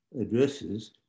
addresses